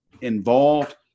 involved